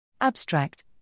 Abstract